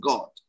God